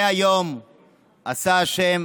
זה היום עשה השם